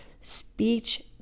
speech